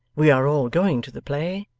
we are all going to the play,